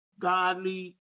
godly